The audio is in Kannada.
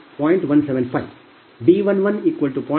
175 B110